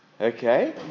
Okay